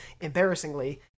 embarrassingly